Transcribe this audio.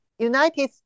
United